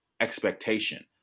expectation